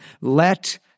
let